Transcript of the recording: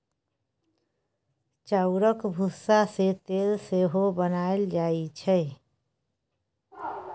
चाउरक भुस्सा सँ तेल सेहो बनाएल जाइ छै